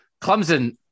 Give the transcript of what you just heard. Clemson